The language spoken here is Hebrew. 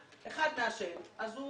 למשל אם הוא